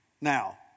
Now